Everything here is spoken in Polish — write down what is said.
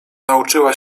nauczyła